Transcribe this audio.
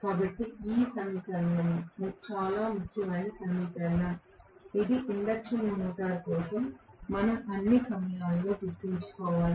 కాబట్టి ఈ సమీకరణం చాలా ముఖ్యమైన సమీకరణం ఇది ఇండక్షన్ మోటారు కోసం మనం అన్ని సమయాలలో గుర్తుంచుకోవాలి